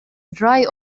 dry